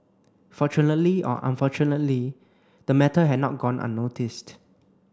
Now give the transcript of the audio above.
fortunately or unfortunately the matter had not gone unnoticed